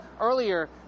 earlier